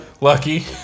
Lucky